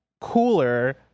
cooler